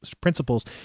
principles